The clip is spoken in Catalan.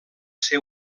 ser